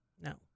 no